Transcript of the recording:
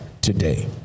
today